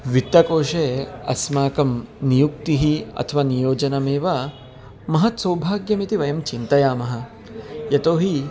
वित्तकोषे अस्माकं नियुक्तिः अथवा नियोजनमेव महत् सौभाग्यम् इति वयं चिन्तयामः यतोहि